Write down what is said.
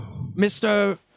Mr